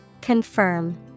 Confirm